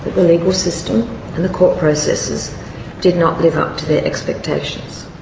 legal system and the court processes did not live up to their expectations.